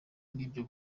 ibyo